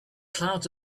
clouds